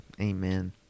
Amen